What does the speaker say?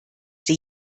die